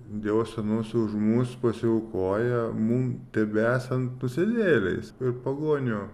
dievo sūnus už mus pasiaukoja mum tebesant nusidėjėliais ir pagonių